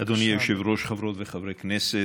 אדוני היושב-ראש, חברות וחברי הכנסת,